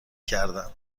کردم